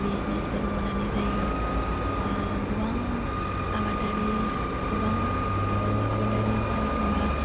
business फोर मावनानै जायो गोबां आबादारि गोबां आबादारिफोरा जेनबा